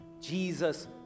Jesus